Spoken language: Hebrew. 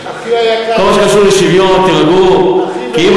בכל מה שקשור לשוויון, תירגעו, כי אם